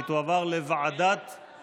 עבירה כלפי קשיש או חסר ישע),